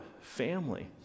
family